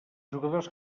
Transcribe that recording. jugadors